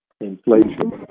inflation